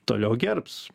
toliau gerbs